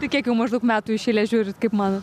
tai kiek jau maždaug metų iš eilės žiūrit kaip mano